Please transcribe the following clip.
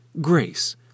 grace